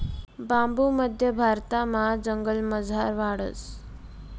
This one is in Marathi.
बांबू मध्य भारतमा जंगलमझार वाढस